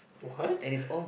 what